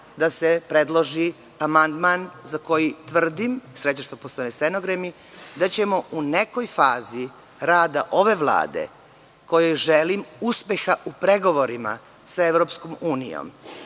da se predloži amandman za koji tvrdim, sreća što postoje stenogrami, da ćemo u nekoj fazi rada ove Vlade, kojoj želim uspeha u pregovorima sa EU, molim